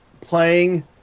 playing